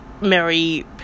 Mary